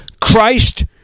Christ